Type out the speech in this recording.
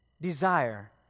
desire